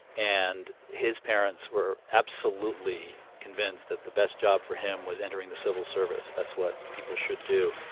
and his parents were absolutely convinced that the best job for him was entering the civil service. that's what people should do.